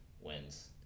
wins